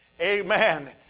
Amen